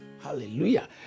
Hallelujah